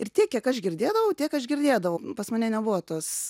ir tiek kiek aš girdėdavau tiek aš girdėdavau nu pas mane nebuvo tos